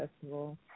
Festival